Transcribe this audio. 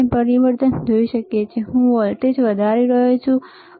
આપણે પરિવર્તન જોઈ શકીએ છીએહું વોલ્ટેજ વધારી રહ્યો છું બરાબર